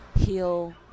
heal